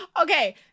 Okay